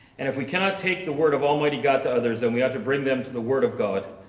and if we cannot take the word of almighty god to others, then we have to bring them to the word of god,